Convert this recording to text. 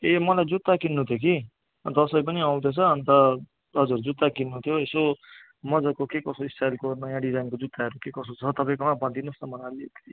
ए मलाई जुत्ता किन्नु थियो कि दसैँ पनि आउँदैछ अन्त हजुर जुत्ता किन्नु थियो यसो मज्जाको के कसो स्टाइलको नयाँ डिजाइनको जुत्ताहरू के कसो छ तपईकोमा भनिदिनुहोस् न मलाई अलिकति